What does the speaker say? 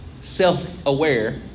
self-aware